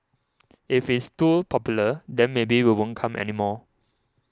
if it's too popular then maybe we won't come anymore